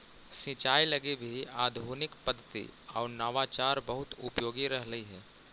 सिंचाई लगी भी आधुनिक पद्धति आउ नवाचार बहुत उपयोगी रहलई हे